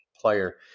player